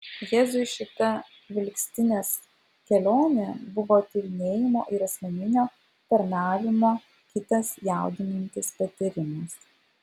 jėzui šita vilkstinės kelionė buvo tyrinėjimo ir asmeninio tarnavimo kitas jaudinantis patyrimas